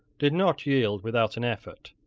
did not yield without an effort.